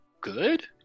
good